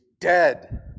dead